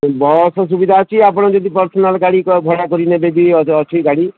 ଏଇ ବସ୍ ସୁବିଧା ଅଛି ଆପଣ ଯଦି ପର୍ସନାଲ୍ ଗାଡ଼ି ଭଡ଼ା କରିକି ନେବେ କି ଅଛି ଗାଡ଼ି